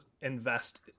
invest